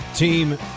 Team